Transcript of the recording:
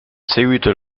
seguito